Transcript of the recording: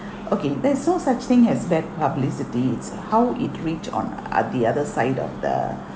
okay there's no such thing as bad publicity it's how it reached on ah the other side of the